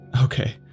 Okay